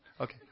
Okay